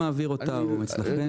הוא העביר אותה לפני מספר דקות.